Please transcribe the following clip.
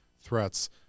threats